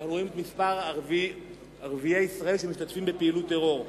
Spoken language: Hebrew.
כשאנחנו רואים את מספר ערביי ישראל שמשתתפים בפעילות טרור.